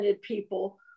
people